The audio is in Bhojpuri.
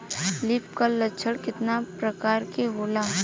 लीफ कल लक्षण केतना परकार के होला?